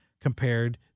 compared